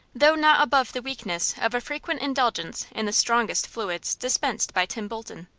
though not above the weakness of a frequent indulgence in the strongest fluids dispensed by tim bolton.